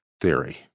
theory